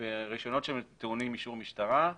ברישיונות שטעונים אישור משטרה,